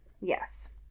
Yes